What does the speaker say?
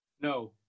No